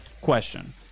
question